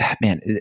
man